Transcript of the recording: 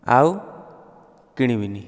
ଆଉ କିଣିବିନି